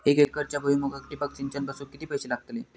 एक एकरच्या भुईमुगाक ठिबक सिंचन बसवूक किती पैशे लागतले?